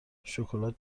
شکلات